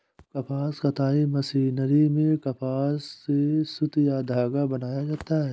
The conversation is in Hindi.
कपास कताई मशीनरी में कपास से सुत या धागा बनाया जाता है